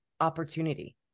opportunity